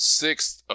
sixth